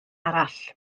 arall